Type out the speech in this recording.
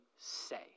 say